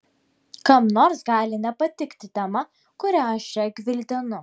kam nors gali nepatikti tema kurią aš čia gvildenu